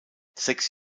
sechs